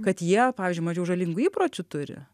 kad jie pavyzdžiui mažiau žalingų įpročių turi